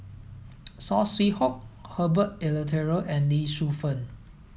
Saw Swee Hock Herbert Eleuterio and Lee Shu Fen